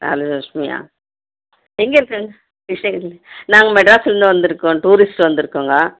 அன்னலஷ்மியா எங்கே இருக்கீங்க சரிங்க நாங்கள் மெட்ராஸ்லருந்து வந்திருக்கோம் டூரிஸ்ட் வந்திருக்கோங்க